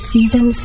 Season